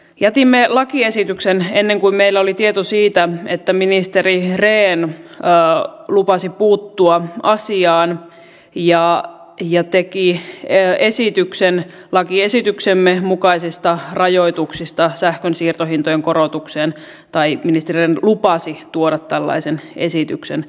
jätimme lakiesityksen ennen kuin meillä oli tieto siitä että ministeri rehn lupasi puuttua asiaan ja teki esityksen lakiesityksemme mukaisista rajoituksista sähkön siirtohintojen korotukseen tai ministeri lupasi tuoda tällaisen esityksen eduskuntaan